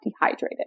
dehydrated